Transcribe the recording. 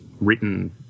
written